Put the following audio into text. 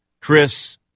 Chris